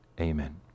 amen